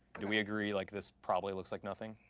do we agree, like, this probably looks like nothing?